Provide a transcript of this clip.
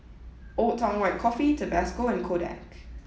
old Town White Coffee Tabasco and Kodak